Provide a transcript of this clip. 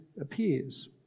appears